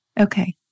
Okay